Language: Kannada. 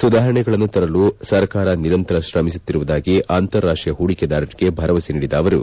ಸುಧಾರಣೆಗಳನ್ನು ತರಲು ಸರ್ಕಾರ ನಿರಂತರ ಶ್ರಮಿಸುತ್ತಿರುವುದಾಗಿ ಅಂತಾರಾಷ್ವೀಯ ಪೂಡಿಕೆದಾರರಿಗೆ ಭರವಸೆ ನೀಡಿದ ಅವರು